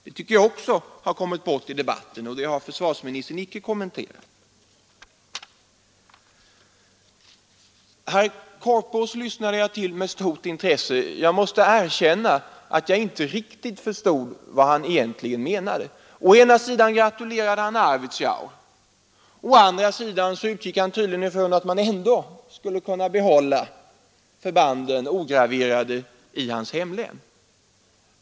Jag tycker att detta har kommit bort i debatten och försvarsministern har inte heller kommenterat det. Jag lyssnade till herr Korpås med stort intresse. Jag måste erkänna att jag inte riktigt förstod vad han menade. Å ena sidan gratulerar han Arvidsjaur, å andra sidan utgår han tydligen ifrån att man skall kunna behålla förbanden ograverade i hans hemlän.